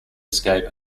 escape